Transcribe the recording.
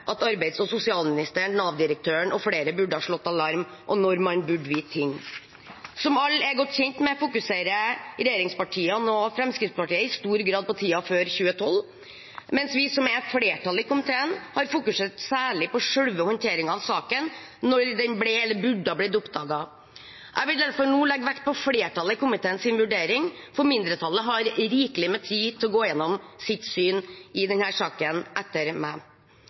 at arbeids- og sosialministeren, Nav-direktøren og flere burde ha slått alarm, og når man burde ha visst ting. Som alle er godt kjent med, fokuserer regjeringspartiene og Fremskrittspartiet i stor grad på tiden før 2012, mens vi som er flertallet i komiteen, har fokusert særlig på selve håndteringen av saken, når den ble eller burde ha blitt oppdaget. Jeg vil derfor nå legge vekt på flertallet i komiteens vurdering, for mindretallet har rikelig med tid til å gå gjennom sitt syn i denne saken etter meg.